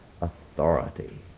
authority